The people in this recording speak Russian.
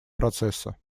процесса